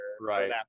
Right